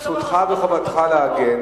זכותך וחובתך להגן,